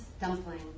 dumpling